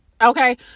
Okay